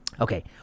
Okay